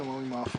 זה ממש לא.